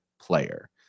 player